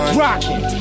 rocking